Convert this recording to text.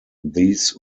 these